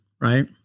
right